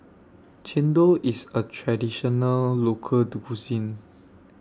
Chendol IS A Traditional Local Cuisine